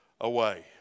away